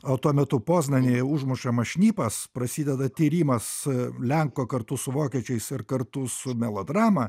o tuo metu poznanėje užmušama šnipas prasideda tyrimas lenko kartu su vokiečiais ir kartu su melodrama